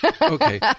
Okay